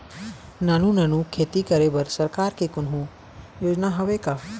नानू नानू खेती करे बर सरकार के कोन्हो योजना हावे का?